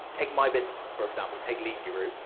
take my business, for example. take lead guru.